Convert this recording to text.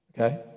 Okay